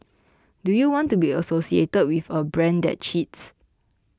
do you want to be associated with a brand that cheats